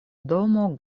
domo